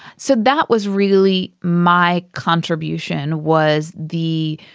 so that was really my contribution was the